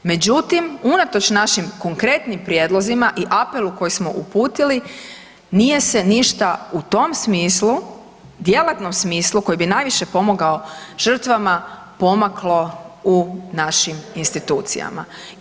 Međutim, unatoč našim konkretnim prijedlozima i apelu koji smo uputili nije se ništa u tom smislu, djelatnom smislu koji bi najviše pomogao žrtvama pomaklo u našim institucijama.